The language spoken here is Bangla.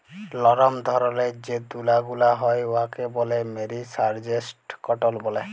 লরম ধরলের যে তুলা গুলা হ্যয় উয়াকে ব্যলে মেরিসারেস্জড কটল ব্যলে